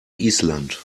island